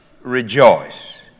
rejoice